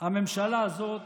הממשלה הזאת,